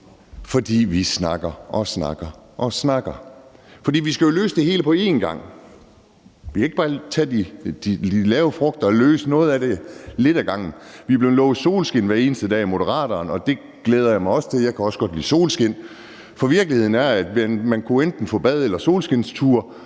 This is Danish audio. fordi vi snakker og snakker, for vi skal jo løse det hele på en gang. Vi kan ikke bare plukke de lave frugter først og løse noget af det lidt ad gangen. Vi er blevet lovet solskin hver eneste dag af Moderaterne, og det glæder jeg mig også til, for jeg kan også godt lide solskin. Virkeligheden er, at man enten kan få bad eller solskinstur,